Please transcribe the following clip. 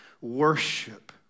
Worship